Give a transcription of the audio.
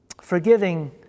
Forgiving